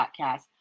Podcast